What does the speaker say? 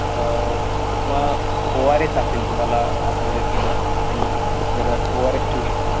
किंवा O R S असेल तुम्हाला आतमध्ये समजा काही गरज असेल ओ आर एस ठेऊ शकता